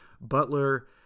Butler